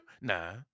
Nah